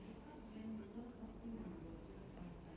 oh could be ya could be could be